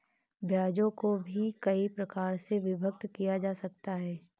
ब्याजों को भी कई प्रकार से विभक्त किया जा सकता है